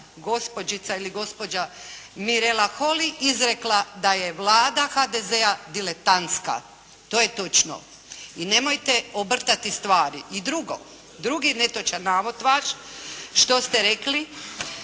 gospođica ili gospođa Mirela Holy izrekla da je Vlada HDZ-a diletantska. To je točno i nemojte obrtati stvari. I drugo, drugi netočan navod vaš što ste rekli